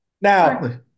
now